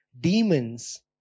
Demons